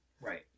Right